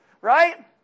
right